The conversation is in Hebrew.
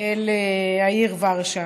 אל העיר ורשה,